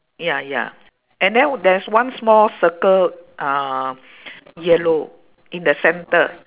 ya ya and then there's one small circle uh yellow in the centre